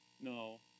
No